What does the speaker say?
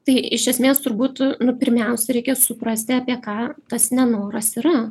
tai iš esmės turbūt nu pirmiausia reikia suprasti apie ką tas nenoras yra